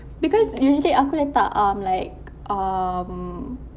because usually aku letak um like um